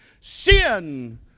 Sin